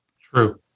True